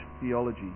theology